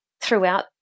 throughout